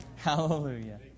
Hallelujah